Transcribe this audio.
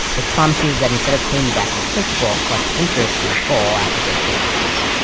it promises that instead of paying you back your principal plus interest in full after say thirty years,